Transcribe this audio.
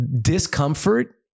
discomfort